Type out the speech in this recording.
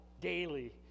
daily